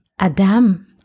Adam